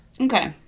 Okay